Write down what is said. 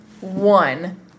one